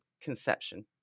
conception